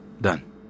Done